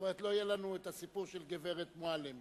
זאת אומרת, לא יהיה לנו את הסיפור של גברת מועלם.